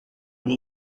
will